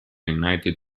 united